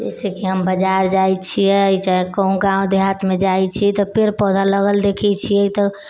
जैसे कि हम बजार जाइत छियै चाहे कहुँ गाँव देहातमे जाइत छियै तऽ पेड़ पौधा लगल देखैत छियै तऽ